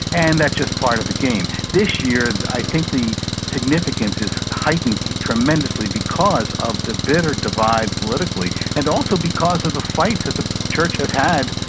and that's just part of the game. this year i think the significance is heightened tremendously because of the bitter divide politically and also because of the fight that the church has had,